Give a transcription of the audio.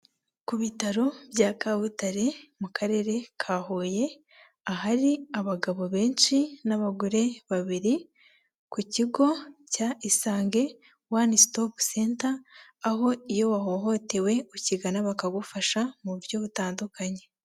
Ku bitaro bya Kabutare mu karere ka Huye, ahari abagabo benshi n'abagore babiri, ku kigo cya Isange wani sitopu senta aho iyo wahohotewe ukigana bakagufasha mu buryo butandukanye.